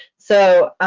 so,